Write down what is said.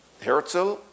Herzl